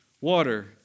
water